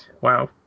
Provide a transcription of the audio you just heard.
Wow